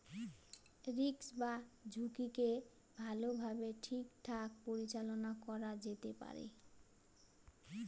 risk বা ঝুঁকিকে ভালোভাবে ঠিকঠাক পরিচালনা করা যেতে পারে